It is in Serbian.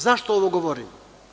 Zašto ovo govorim?